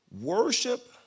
Worship